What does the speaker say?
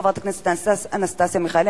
חברת הכנסת אנסטסיה מיכאלי,